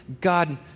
God